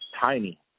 tiny